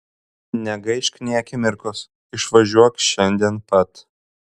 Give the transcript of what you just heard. negaišk nė akimirkos išvažiuok šiandien pat